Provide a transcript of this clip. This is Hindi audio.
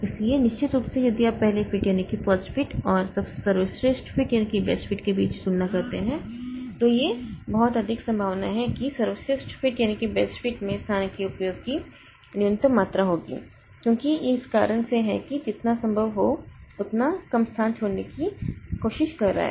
इसलिए निश्चित रूप से यदि आप पहले फिट और सर्वश्रेष्ठ फिट के बीच तुलना करते हैं तो यह बहुत अधिक संभावना है कि सर्वश्रेष्ठ फिट में स्थान के अपव्यय की न्यूनतम मात्रा होगी क्योंकि यह इस कारण से है कि जितना संभव हो उतना कम स्थान छोड़ने की कोशिश कर रहा है